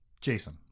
Jason